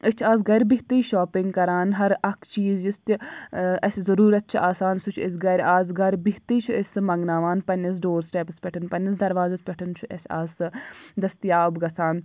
أسۍ چھِ آز گَرِ بِہتھٕے شاپِنٛگ کَران ہَر اَکھ چیٖز یُس تہِ اَسہِ ضٔروٗرت چھِ آسان سُہ چھُ أسۍ گَرِ آز گَرٕ بِہتھٕے چھِ أسۍ سُہ منٛگناوان پنٛنِس ڈور سِٹیٚپَس پٮ۪ٹھ پنٛنِس دَروازَس پٮ۪ٹھ چھُ اَسہِ آز سُہ دٔستِیاب گَژھان